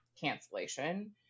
Cancellation